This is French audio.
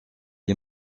est